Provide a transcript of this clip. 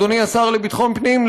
אדוני השר לביטחון הפנים,